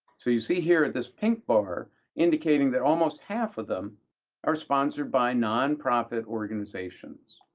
so you see here this pink bar indicating that almost half of them are sponsored by nonprofit organizations,